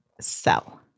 sell